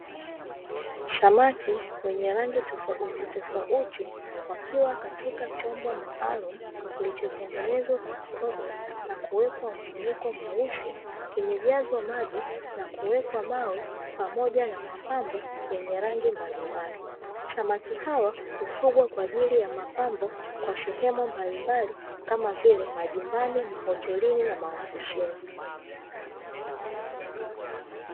Samaki wenye rangi tofauti tofauti wakiwa katika chombo maalumu kilichotengenezwa kwa kioo na kuwekwa mfuniko mweusi. Kimejazwa maji na kuwekwa mawe pamoja na mapambo yenye rangi mbalimbali. Samaki hawa hufugwa kwa ajili ya mapambo kwenye sehemu mbalimbali kama vile majumbani, mahotelini na maofisini.